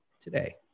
today